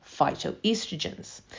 phytoestrogens